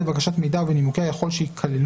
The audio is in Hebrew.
(ב) בבקשת מידע ובנימוקיה יכול שייכללו